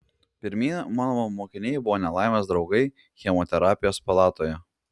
pirmieji mano mokiniai buvo nelaimės draugai chemoterapijos palatoje